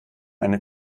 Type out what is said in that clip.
eine